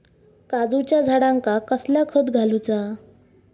काजूच्या झाडांका कसला खत घालूचा?